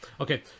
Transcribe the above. Okay